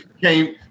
came